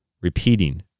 repeating